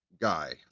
guy